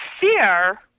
fear